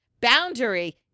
boundary